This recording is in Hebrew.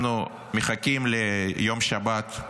אנחנו מחכים ליום שבת,